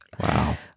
Wow